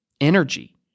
energy